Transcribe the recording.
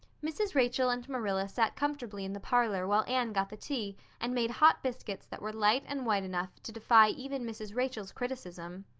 mrs. rachel and marilla sat comfortably in the parlor while anne got the tea and made hot biscuits that were light and white enough to defy even mrs. rachel's criticism.